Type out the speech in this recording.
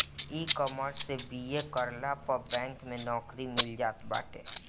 ecommerce से BA करला पअ बैंक में नोकरी मिल जात बाटे